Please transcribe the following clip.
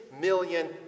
million